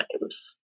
times